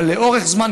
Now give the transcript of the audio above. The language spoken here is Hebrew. אבל לאורך זמן,